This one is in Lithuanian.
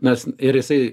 nes ir jisai